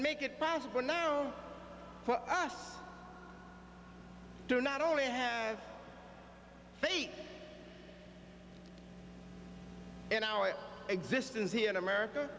make it possible for us to not only have faith in our existence here in america